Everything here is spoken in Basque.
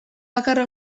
bakarra